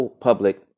public